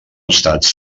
estats